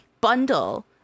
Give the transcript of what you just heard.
bundle